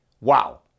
Wow